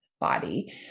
body